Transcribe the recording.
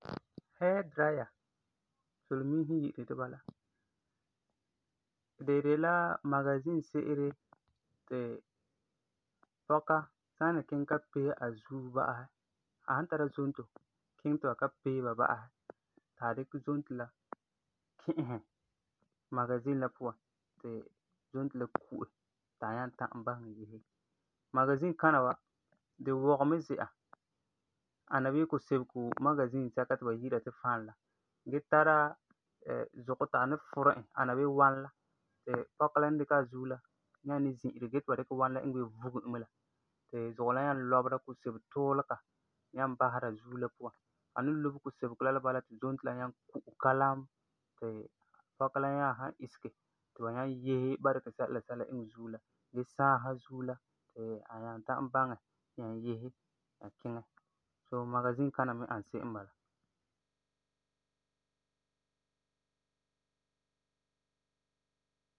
Hairdryer, solemiisi n yi'iri di bala. Di de la magazin se'ere ti pɔka san ni kiŋɛ ta pee a zuo ba'asɛ, a san tara zomto, kiŋɛ ta ba ta pee ba ba'asɛ ti a dikɛ zomto la ki'isɛ magazin la puan ti zomto la ku'e ti a nyaa ta'am baŋɛ yese. Magazin kana wa, di wɔgɛ mɛ zi'an, ana bii kusebego magazin sɛka ti ba yi'ira ti fan la, gee tara zugɔ ti a ni furɛ e, ana wuu wanɛ la ti pɔka la ni dikɛ a zuo la nyaa ni zi'ire gee ti ba dikɛ wanɛ ana wuu fuge e mɛ la ti zugɔ nyaa lɔbera kusebego tuulega nyaa basera zuo la puan. A ni lobe kusebego la la bala ti zomto la nyaa ku'e kalam ti pɔka la nyaa san isege ti ba nyaa yese ba dikɛ sɛla la sɛla iŋɛ zuo la gee sãasɛ zuo la ti a nyaa ta'am baŋɛ nyaa yese nyaa kiŋɛ. So magazin kana me ani se'em n bala.